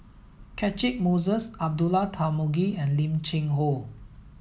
Catchick Moses Abdullah Tarmugi and Lim Cheng Hoe